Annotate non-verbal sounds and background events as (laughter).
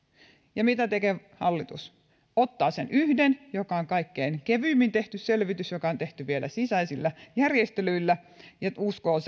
ja mitä tekee hallitus ottaa sen yhden joka on kaikkein kevyimmin tehty selvitys joka on vielä tehty sisäisillä järjestelyillä ja uskoo (unintelligible)